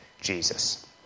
Jesus